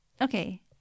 okay